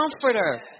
comforter